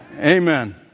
Amen